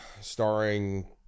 starring